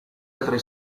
altre